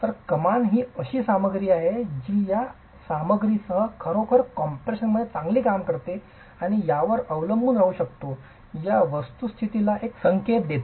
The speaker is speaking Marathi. तर कमानी अशी सामग्री आहे जी या सामग्रीस खरोखर कम्प्रेशनमध्ये चांगली कार्य करते आणि यावर अवलंबून राहू शकते या वस्तुस्थितीला एक संकेत देते